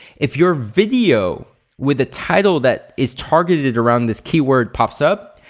if your video with a title that is targeted around this key work pops up,